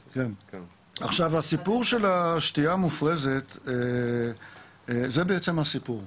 הסיפור של השתיה המופרזת זה בעצם הסיפור.